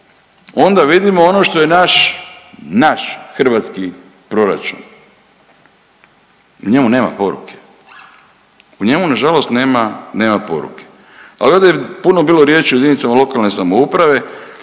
onda vidimo ono što je naš, naš hrvatski proračun. U njemu nema poruke, u njemu na žalost nema poruke. Ali ovdje je puno bilo riječi o jedinicama lokalne uprave,